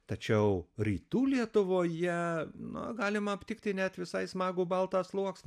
tačiau rytų lietuvoje nu galima aptikti net visai smagų baltą sluoksnį